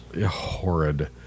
Horrid